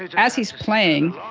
as he's playing,